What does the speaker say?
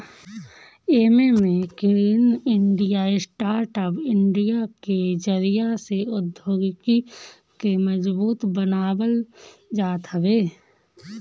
एमे make in India, startup India के जरिया से औद्योगिकी के मजबूत बनावल जात हवे